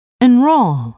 enroll